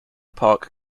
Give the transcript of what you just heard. park